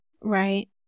Right